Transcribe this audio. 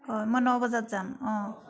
হয় মই ন বজাত যাম অঁ